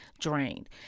drained